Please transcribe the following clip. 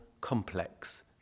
complex